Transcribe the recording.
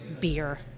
beer